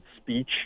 speech